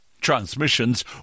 Transmissions